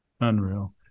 Unreal